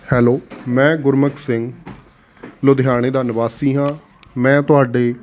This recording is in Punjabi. ਹੈਲੋ ਮੈਂ ਗੁਰਮੁਖ ਸਿੰਘ ਲੁਧਿਆਣੇ ਦਾ ਨਿਵਾਸੀ ਹਾਂ ਮੈਂ ਤੁਹਾਡੀ